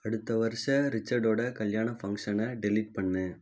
அடுத்த வருட ரிச்சர்டோட கல்யாண ஃபங்க்ஷனை டெலீட் பண்ணு